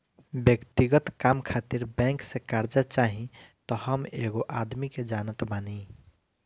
व्यक्तिगत काम खातिर बैंक से कार्जा चाही त हम एगो आदमी के जानत बानी